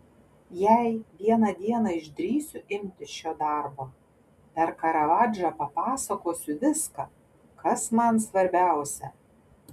jei vieną dieną išdrįsiu imtis šio darbo per karavadžą papasakosiu viską kas man svarbiausia